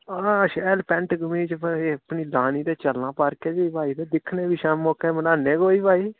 हां शैल पैंट कमीज कोई अपनी लानी ते चलना पार्के च भाई ते दिक्खने आं फ्ही शामी मोकै बनाने आं कोई भाई